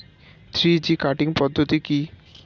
Three G cutting পদ্ধতি কি?